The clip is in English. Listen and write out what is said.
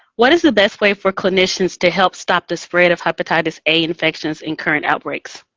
what is the best way for clinicians to help stop the spread of hepatitis a infections in current outbreaks?